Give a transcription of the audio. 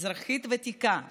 אזרחית ותיקה נכה,